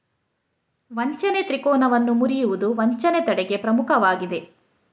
ವಂಚನೆ ತ್ರಿಕೋನವನ್ನು ಮುರಿಯುವುದು ವಂಚನೆ ತಡೆಗೆ ಪ್ರಮುಖವಾಗಿದೆ